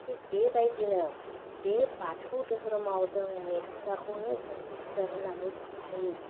थिग बेबायदिनो बे बाथौ दोहोरोमाव जों बे मिथिंगाखौनो जों ईश्वोर होननानै फोथायो